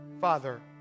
father